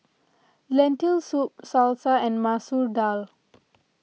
Lentil Soup Salsa and Masoor Dal